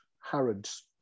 Harrods